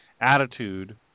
attitude